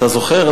אתה זוכר,